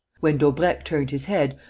when daubrecq turned his head,